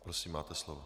Prosím, máte slovo.